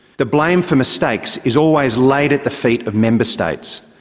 the blame for mistakes is always laid at the feet of member states.